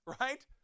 right